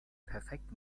perfekt